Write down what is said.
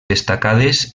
destacades